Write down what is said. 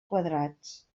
quadrats